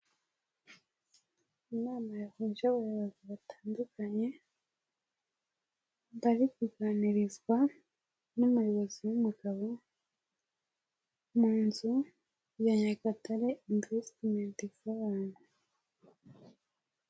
Inama yahuje abayobozi batandukanye bari kuganirizwa n'umuyobozi w'umugabo mu nzu ya Nyagatare imvesitimenti foramu.